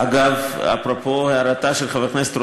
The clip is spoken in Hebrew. אגב, אפרופו הערתה של חברת הכנסת רוזין,